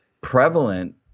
prevalent